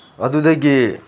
ꯑꯗꯨꯗꯒꯤ